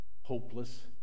hopeless